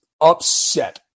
upset